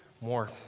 more